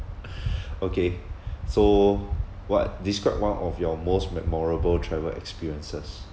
okay so what describe one of your most memorable travel experiences